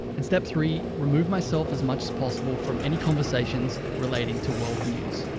and step three, remove myself as much as possible from any conversations relating to world news.